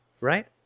right